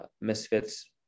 Misfits